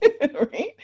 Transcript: right